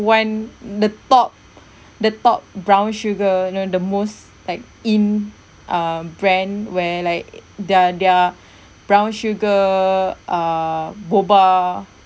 one the top the top brown sugar you know the most like in uh brand where like they're they're brown sugar uh boba